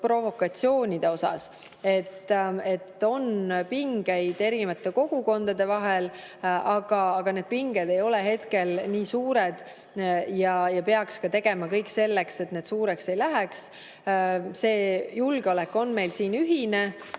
provokatsioonide pärast. On pingeid kogukondade vahel, aga need pinged ei ole hetkel nii suured ja peaks tegema kõik selleks, et need suureks ei läheks. Julgeolek on meil siin ühine,